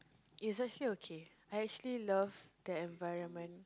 is actually okay I actually love the environment